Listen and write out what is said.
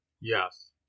Yes